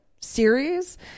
series